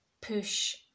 push